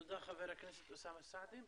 תודה, חבר הכנסת אוסאמה סעדי.